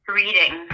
reading